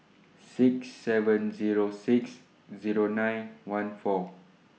six seven Zero six Zero nine one four